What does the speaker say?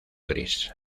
gris